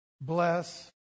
bless